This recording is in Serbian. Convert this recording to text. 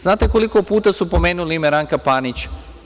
Znate li koliko puta su pomenuli ime Ranka Panića?